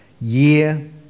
year